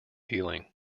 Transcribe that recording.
healing